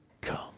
come